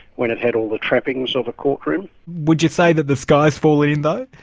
when it had all the trappings of a court room. would you say that the sky's fallen in though?